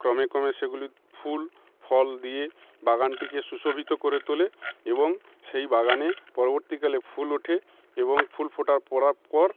ক্রমে ক্রমে সেগুলি ফুল ফল দিয়ে বাগানটিকে সুশোভিত করে তোলে এবং সেই বাগানে পরবর্তীকালে ফুল ওঠে এবং ফুল ফোটা পড়ার পর